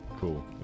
Cool